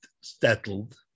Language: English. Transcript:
settled